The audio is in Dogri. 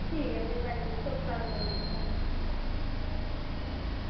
ठीक ऐ भी भैन जी सुख सांद देई ओड़ेओ घर